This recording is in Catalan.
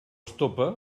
estopa